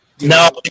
no